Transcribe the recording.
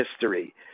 history